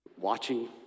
watching